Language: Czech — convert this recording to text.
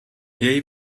jej